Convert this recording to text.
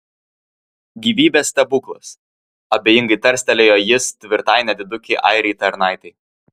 gyvybės stebuklas abejingai tarstelėjo jis tvirtai nedidukei airei tarnaitei